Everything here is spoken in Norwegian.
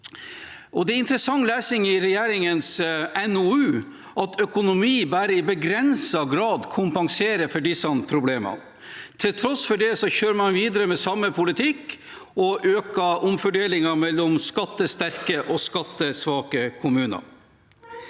Det er interessant lesing i regjeringens NOU at økonomi bare i begrenset grad kompenserer for disse problemene. Til tross for det kjører man videre med samme politikk og øker omfordelingen mellom skattesterke og skattesvake kommuner.